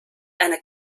eine